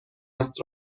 است